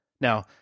Now